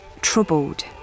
troubled